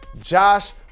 Josh